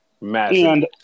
massive